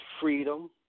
freedom